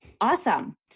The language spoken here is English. Awesome